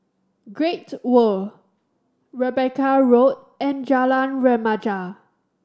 Great World Rebecca Road and Jalan Remaja